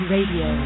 Radio